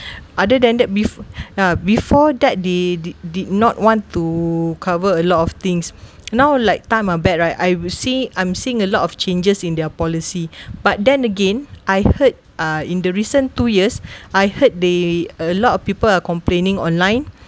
other than that before uh before that they did did not want to cover a lot of things now like time are bad right I will see I'm seeing a lot of changes in their policy but then again I heard uh in the recent two years I heard they a lot of people are complaining online